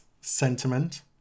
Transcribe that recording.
sentiment